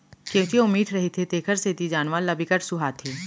केंवची अउ मीठ रहिथे तेखर सेती जानवर ल बिकट सुहाथे